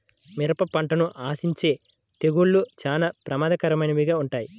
మిరప పంటను ఆశించే తెగుళ్ళు చాలా ప్రమాదకరమైనవిగా ఉంటాయి